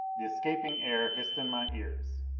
the escaping air hissed in my ears.